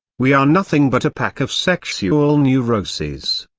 we are nothing but a pack of sexual neuroses.